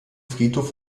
friedhof